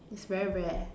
it's very rare